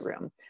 room